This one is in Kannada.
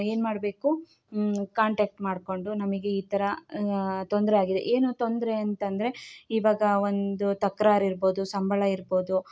ಏನುಮಾಡ್ಬೇಕು ಕಾಂಟೆಕ್ಟ್ ಮಾಡ್ಕೊಂಡು ನಮಗೆ ಈ ಥರ ತೊಂದರೆ ಆಗಿದೆ ಏನು ತೊಂದರೆ ಅಂತಂದರೆ ಈವಾಗ ಒಂದು ತಕರಾರು ಇರ್ಬೊದು ಸಂಬಳ ಇರ್ಬೊದು